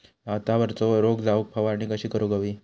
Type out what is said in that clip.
भातावरचो रोग जाऊक फवारणी कशी करूक हवी?